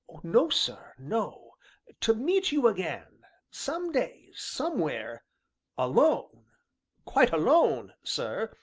no, sir, no to meet you again some day somewhere alone quite alone, sir,